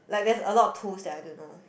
like that's a lot of tools there I don't know